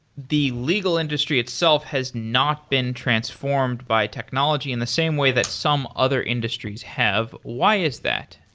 the legal industry itself has not been transformed by technology in the same way that some other industries have. why is that?